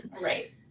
Right